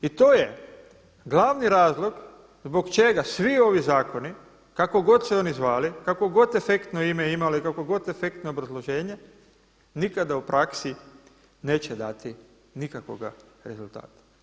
I to je glavni razlog zbog čega svi ovi zakoni kako god se oni zvali, kako god efektno ime imali, kako god efektno obrazloženje nikada u praksi neće dati nikakvoga rezultata.